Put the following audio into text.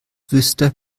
wüsste